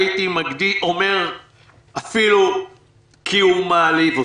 הייתי אומר אפילו כי הוא מעליב אותו.